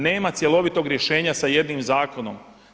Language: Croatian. Nema cjelovitog rješenja sa jednim zakonom.